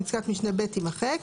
פסקת משנה (ב) - תימחק,